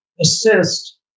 assist